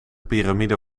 piramide